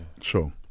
sure